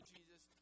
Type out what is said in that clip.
Jesus